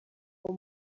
uwo